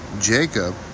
Jacob